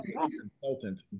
consultant